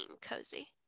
cozy